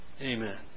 Amen